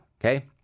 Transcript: okay